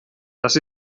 das